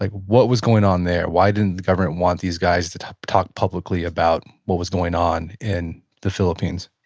like what was going on there? why didn't the government want these guys to talk publicly about what was going on in the philippines?